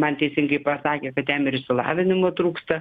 man teisingai pasakė kad jam ir išsilavinimo trūksta